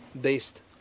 based